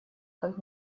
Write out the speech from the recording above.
как